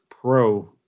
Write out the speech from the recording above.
Pro